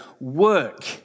work